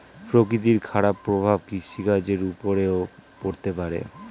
প্রকৃতির খারাপ প্রভাব কৃষিকাজের উপরেও পড়তে পারে